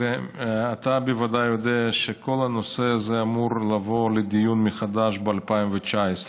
אתה בוודאי יודע שכל הנושא הזה אמור לבוא לדיון מחדש ב-2019.